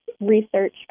research